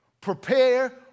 Prepare